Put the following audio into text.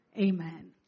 amen